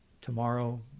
tomorrow